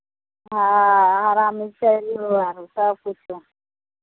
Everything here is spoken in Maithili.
हँ हरा मिरचाइ लेबै आरो सभकिछो